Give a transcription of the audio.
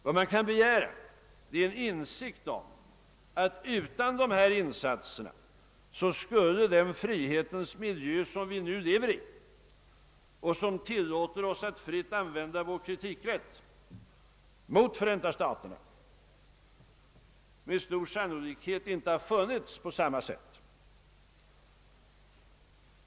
Vad man kan begära är en insikt om att utan dessa insatser skulle den frihetens miljö som vi nu lever i och som tillåter oss att fritt använda vår kritikrätt mot Förenta staterna med stor sannolikhet inte ha funnits på samma sätt.